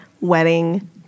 wedding